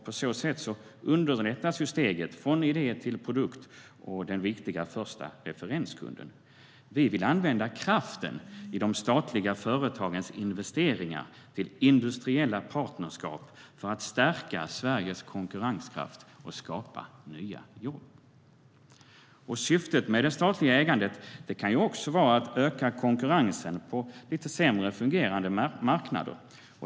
På så sätt underlättas steget från idé till produkt och den viktiga första referenskunden. Syftet med det statliga ägandet kan också vara att öka konkurrensen på lite sämre fungerande marknader.